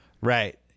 Right